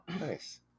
nice